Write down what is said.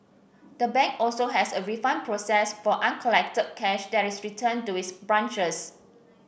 the bank also has a refund process for uncollected cash that is returned to its branches